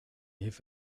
eve